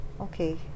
Okay